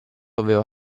aveva